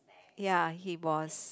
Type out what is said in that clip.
ya he was